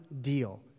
deal